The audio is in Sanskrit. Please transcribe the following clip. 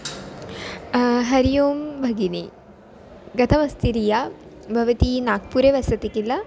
हरि ओं भगिनी कथमस्ति रिया भवती नाग्पुरे वसति किल